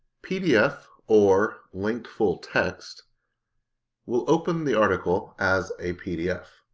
pdf or linked full text will open the article as a pdf.